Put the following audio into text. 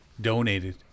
donated